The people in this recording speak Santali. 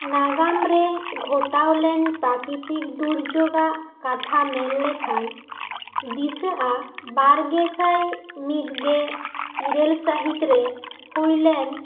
ᱱᱟᱜᱟᱢ ᱨᱮ ᱜᱷᱚᱴᱟᱣ ᱞᱮᱱ ᱯᱨᱟᱠᱨᱤᱛᱤᱠ ᱫᱩᱨᱡᱚᱜᱟᱜ ᱠᱟᱛᱷᱟ ᱢᱮᱱ ᱞᱮᱠᱷᱟᱱ ᱫᱤᱥᱟᱹᱜᱼᱟ ᱵᱟᱨ ᱜᱮᱥᱟᱭ ᱢᱤᱫᱜᱮ ᱤᱨᱟᱹᱞ ᱥᱟᱹᱦᱤᱛ ᱨᱮ ᱦᱩᱭ ᱞᱮᱱ